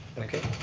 okay.